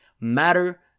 matter